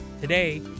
Today